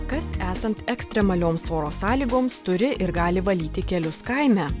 kas esant ekstremalioms oro sąlygoms turi ir gali valyti kelius kaime